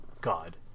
god